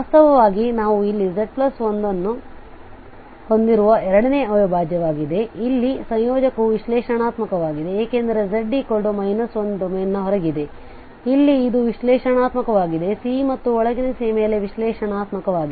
ವಾಸ್ತವವಾಗಿ ನಾವು ಇಲ್ಲಿ z1 ಅನ್ನು ಹೊಂದಿರುವ ಎರಡನೇ ಅವಿಭಾಜ್ಯವಾಗಿದೆ ಆದ್ದರಿಂದ ಇಲ್ಲಿ ಸಂಯೋಜಕವು ವಿಶ್ಲೇಷಣಾತ್ಮಕವಾಗಿದೆ ಏಕೆಂದರೆ z 1 ಡೊಮೇನ್ನ ಹೊರಗಿದೆ ಆದ್ದರಿಂದ ಇಲ್ಲಿ ಇದು ವಿಶ್ಲೇಷಣಾತ್ಮಕವಾಗಿದೆ C ಮತ್ತು ಒಳಗಿನ C ಮೇಲೆ ವಿಶ್ಲೇಷಣಾತ್ಮಕವಾಗಿದೆ